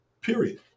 Period